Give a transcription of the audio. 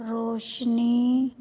ਰੌਸ਼ਨੀ